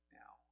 now